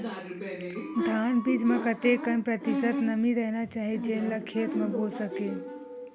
धान बीज म कतेक प्रतिशत नमी रहना चाही जेन ला खेत म बो सके?